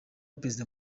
perezida